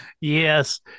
yes